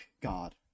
God